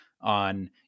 on